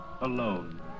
alone